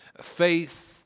Faith